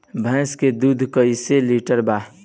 भैंस के दूध कईसे लीटर बा?